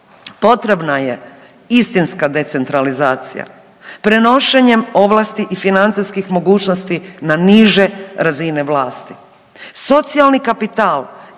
Potrebna je istinska decentralizacija prenošenjem ovlasti i financijskih mogućnosti na niže razine vlasti.